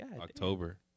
October